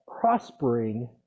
prospering